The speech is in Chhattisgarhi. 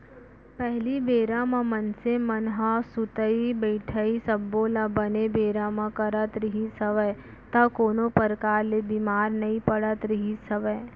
पहिली बेरा म मनसे मन ह सुतई बइठई सब्बो ल बने बेरा म करत रिहिस हवय त कोनो परकार ले बीमार नइ पड़त रिहिस हवय